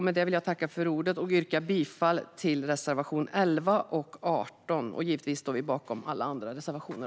Med detta yrkar jag bifall till reservationerna 11 och 18. Vi står givetvis också bakom andra reservationer.